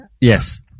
yes